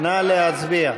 נא להצביע.